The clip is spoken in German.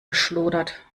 geschludert